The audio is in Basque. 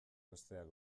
besteak